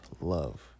Love